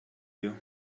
you